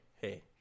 Hey